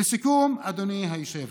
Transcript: לסיכום, אדוני היושב-ראש,